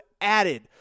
added